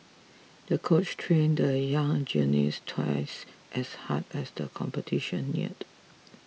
the coach trained the young gymnast twice as hard as the competition neared